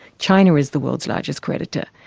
china is the world's largest creditor,